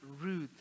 Ruth